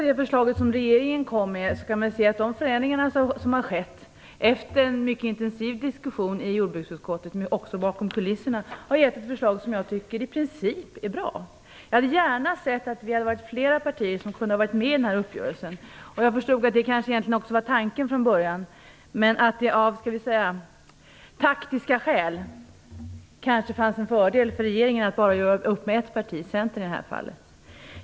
De förändringar som har skett av regeringens förslag efter en mycket intensiv diskussion i jordbruksutskottet och även bakom kulisserna har lett fram till ett förslag som jag i princip tycker är bra. Jag hade gärna sett att flera partier skulle ha varit med i den här uppgörelsen. Jag förstod att det nog var tanken från början. Av taktiska skäl var det kanske en fördel för regeringen att bara göra upp med ett parti - Centern i det här fallet.